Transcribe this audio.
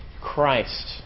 Christ